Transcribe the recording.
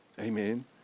Amen